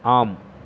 ஆம்